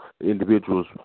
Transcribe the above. individuals